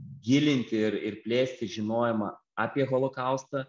gilinti ir ir plėsti žinojimą apie holokaustą